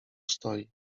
stoi